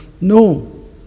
No